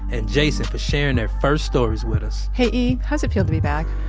and jason for sharing their first stories with us. hey, e, how does it feel to be back?